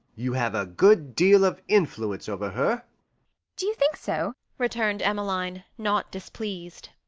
you have a good deal of influence over her do you think so returned emmeline, not displeased.